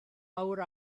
awr